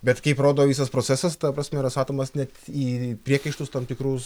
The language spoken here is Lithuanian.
bet kaip rodo visas procesas ta prasme rosatomas į priekaištus tam tikrus